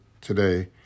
today